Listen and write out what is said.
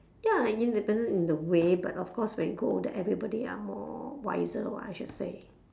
ya independent in the way but of course when you grow older everybody are more wiser [what] I should say